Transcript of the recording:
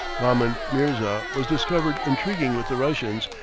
baahman mirza was discovered intriguing with the russians,